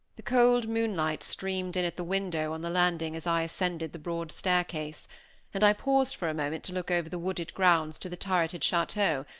the cold moonlight streamed in at the window on the landing as i ascended the broad staircase and i paused for a moment to look over the wooded grounds to the turreted chateau,